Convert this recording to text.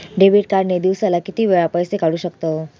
Debit card ने दिवसाला किती वेळा पैसे काढू शकतव?